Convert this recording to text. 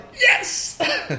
yes